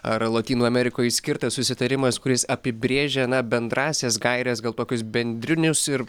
ar lotynų amerikoje skirtas susitarimas kuris apibrėžia na bendrąsias gaires gal kokius bendrinius ir